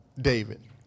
David